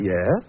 Yes